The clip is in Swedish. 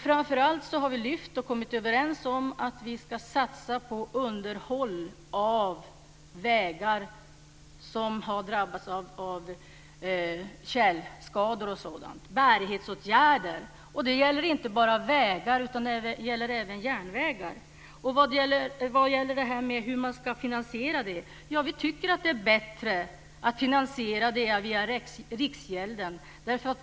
Framför allt har vi lyft fram och kommit överens om att vi ska satsa på underhåll och bärighetsåtgärder av vägar som har drabbats av tjälskador. Det gäller inte bara vägar utan även järnvägar. Då är det frågan om finansiering. Vi tycker att det är bättre att finansiera detta via Riksgälden.